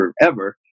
forever